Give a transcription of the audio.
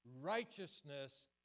righteousness